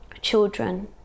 children